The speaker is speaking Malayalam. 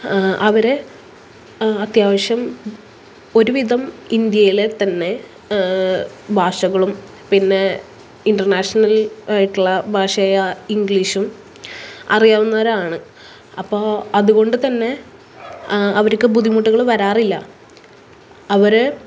അവരെ അത്യാവശ്യം ഒരുവിധം ഇന്ത്യയിലെ തന്നെ ഭാഷകളും പിന്നെ ഇൻ്റര്നാഷണല് ആയിട്ടുള്ള ഭാഷയായ ഇംഗ്ലീഷും അറിയാവുന്നവരാണ് അപ്പോൾ അതുകൊണ്ട് തന്നെ അവര്ക്ക് ബുദ്ധിമുട്ടുകള് വരാറില്ല അവർ